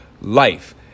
life